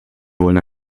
wollen